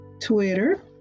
Twitter